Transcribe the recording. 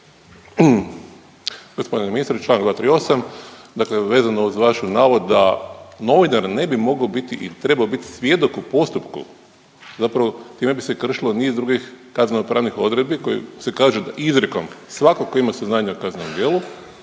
G. ministre, čl. 238, dakle vezano uz vašu navod da novinar ne bi mogao biti i trebao biti svjedok u postupku, zapravo time bi se kršilo niz drugih kaznenopravnih odredbi koji se kaže da izrijekom svatko tko ima saznanja o kaznenom djelu